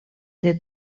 del